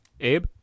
abe